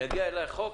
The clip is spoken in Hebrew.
יגיע אלי החוק,